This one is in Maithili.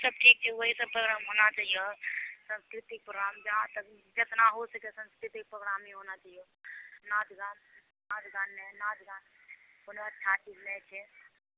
सब ठीक छै ओएह सब प्रोग्राम होना चाहिए सांस्कृतिक प्रोग्राम जहाँतक जितना हो सकै सांस्कृतिक प्रोग्राम ही होना चाहिए नाँच गान नाँच गान कोनो अच्छा चीज नहि छै